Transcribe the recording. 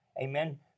Amen